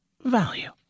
value